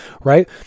right